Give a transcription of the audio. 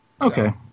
Okay